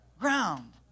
ground